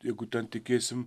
jeigu ten tikėsim